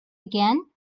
again